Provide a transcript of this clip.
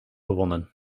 gewonnen